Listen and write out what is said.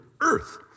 earth